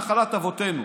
את נחלת אבותינו